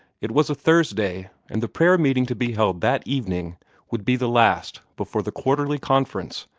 it was a thursday, and the prayer-meeting to be held that evening would be the last before the quarterly conference,